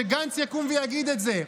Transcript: שגנץ יקום ויגיד את זה.